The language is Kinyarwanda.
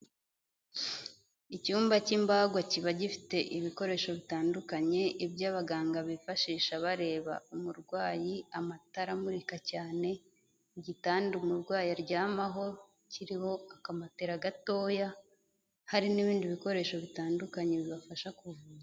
Icyumba cy'imbagwa kiba gifite ibikoresho bitandukanye, ibyo abaganga bifashisha bareba umurwayi, amatara amurika cyane, igitanda umurwayi aryamaho kiriho akamatera gatoya, hari n'ibindi bikoresho bitandukanye bibafasha kuvura.